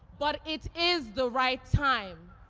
but it is the right time.